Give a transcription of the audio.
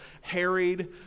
harried